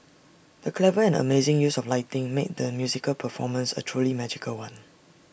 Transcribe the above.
the clever and amazing use of lighting made the musical performance A truly magical one